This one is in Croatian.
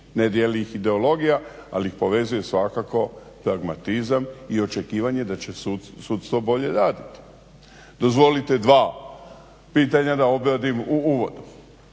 Ne dijeli ih ideologija, ali ih povezuje svakako dogmatizam i očekivanje da će sudstvo bolje raditi. Dozvolite dva pitanja da obradim u uvodu.